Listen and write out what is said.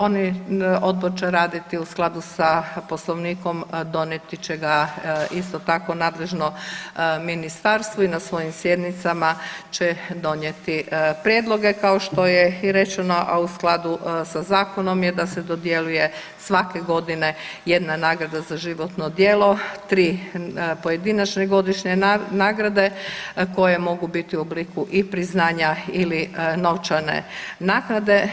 Odbor će raditi u skladu sa Poslovnikom, donijeti će ga isto tako nadležno ministarstvo i na svojim sjednicama će donijeti prijedloge kao što je i rečeno a u skladu je sa zakonom da se dodjeljuje svake godine jedna nagrada za životno djelo, tri pojedinačne godišnje nagrade koje mogu biti u obliku i priznanja ili novčane naknade.